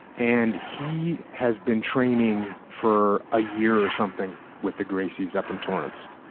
and he has been training for a year or something with the gracies up in torrance.